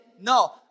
No